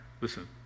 listen